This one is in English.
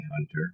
hunter